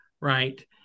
right